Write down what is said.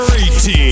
18